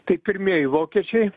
tai pirmieji vokiečiai